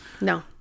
No